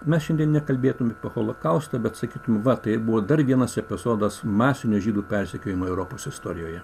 mes šiandien nekalbėtume apie holokaustą bet sakytume va tai buvo dar vienas epizodas masinių žydų persekiojimai europos istorijoje